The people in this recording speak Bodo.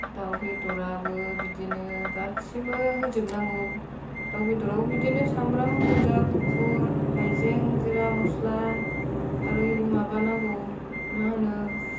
दाउ बेदरावबो बिदिनो गासैबो होजोबनांगौ दाउ बेदराबो बिदिनो सामब्राम गोजा गुफुर हायजें जिरा मसला आरो ऐ माबा नांगौ मा होनो